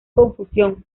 confusión